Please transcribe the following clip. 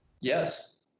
Yes